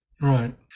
Right